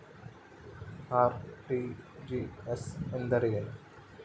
RTGS ಎಂದರೇನು?